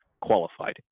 qualified